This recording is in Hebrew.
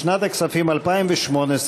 לשנת הכספים 2018,